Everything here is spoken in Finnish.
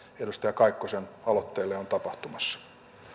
edustaja kaikkosen aloitteelle on tapahtumassa